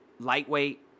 lightweight